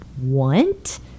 want